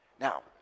Now